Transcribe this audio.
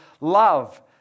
love